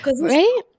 right